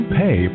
pay